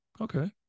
okay